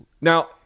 Now